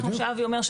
כמו שאבי אומר,